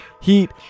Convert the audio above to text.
Heat